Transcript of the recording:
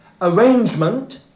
arrangement